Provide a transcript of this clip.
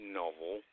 novel